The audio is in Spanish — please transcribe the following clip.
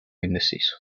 indeciso